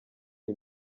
iyi